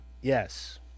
yes